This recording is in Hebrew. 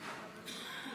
נתקבלה.